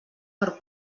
per